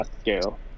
scale